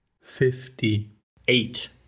fifty-eight